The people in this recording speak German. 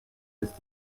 ist